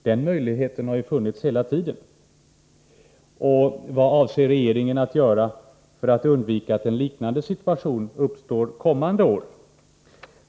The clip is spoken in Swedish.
Den möjligheten har ju funnits hela tiden. Och vad avser regeringen att göra för att undvika att en liknande situation uppstår under kommande år?